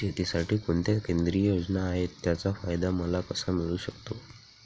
शेतीसाठी कोणत्या केंद्रिय योजना आहेत, त्याचा फायदा मला कसा मिळू शकतो?